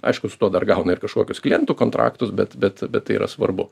aišku su tuo dar gauna ir kažkokius klientų kontraktus bet bet bet tai yra svarbu